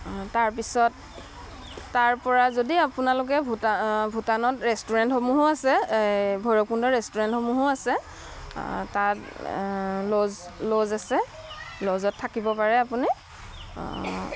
তাৰ পিছত তাৰপৰা যদি আপোনালোকে ভূটানত ভূটানত ৰেষ্টুৰেণ্টসমূহো আছে এই ভৈৰৱকুণ্ডত ৰেষ্টুৰেণ্টসমূহো আছে তাত লজ লজ আছে লজত থাকিব পাৰে আপুনি